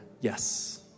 yes